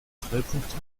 treuepunkte